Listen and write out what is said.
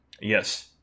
Yes